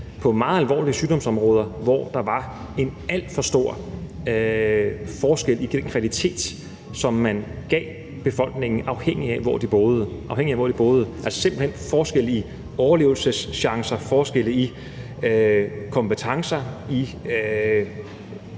for meget alvorlige sygdomme, hvor der var en alt for stor forskel på den kvalitet, som man gav befolkningen, afhængigt af hvor de boede. Der var simpelt hen forskel på overlevelseschancerne, forskel på,